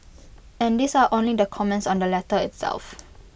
and these are only the comments on the letter itself